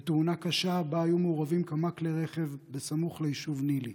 בתאונה קשה שבה היו מעורבים כמה כלי רכב בסמוך ליישוב נילי,